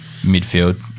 midfield